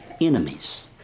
enemies